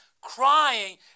Crying